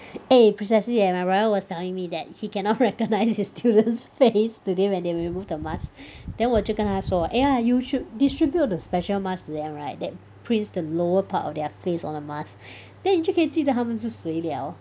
eh precisely leh my brother was telling me that he cannot recognise his students' face today when they remove the mask then 我就跟他说 !aiya! you should distribute the special mask to them right that prints the lower part of their face on the mask then 你就可以记得他们是谁 liao